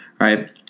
right